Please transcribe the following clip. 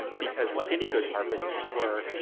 um because like any good harvest, we're